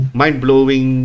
mind-blowing